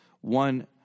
One